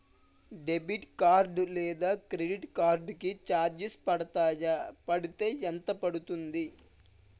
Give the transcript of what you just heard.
Debit card లేదా credit card కి charges పడతాయా? పడితే ఎంత పడుతుంది?